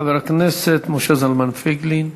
חבר הכנסת משה זלמן פייגלין,